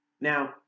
Now